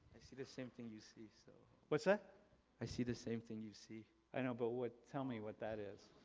i see the same thing you see. so what's that? ah i see the same thing you see. i know but what tell me what that is.